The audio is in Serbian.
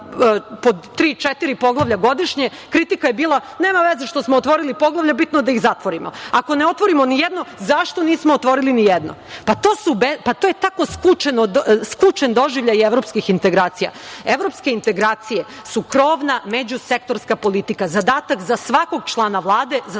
po tri-četiri poglavlja godišnje, kritika je bila – nema veze što smo otvorili poglavlje, bitno da ih zatvorimo. Ako ne otvorimo ni jedno, zašto nismo otvorili ni jedno? Pa, to je tako skučen doživljaj evropskih integracija. Evropske integracije su krovna međusektorska politika, zadatak za svakog člana Vlade, za